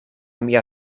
mia